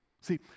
See